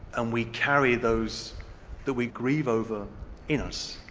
and we carry those that we grieve over in us,